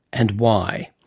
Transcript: and why.